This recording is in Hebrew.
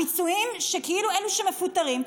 הפיצויים של כאילו אלה שמפוטרים,